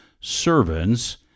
servants